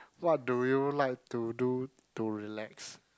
what do you like to do to relax